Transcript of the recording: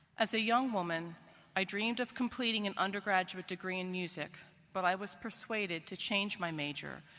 as a young woman i dreamed of completing an undergraduate degree in music but i was persuaded to change my major,